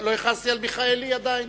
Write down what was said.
לא הכרזתי עדיין?